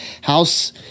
house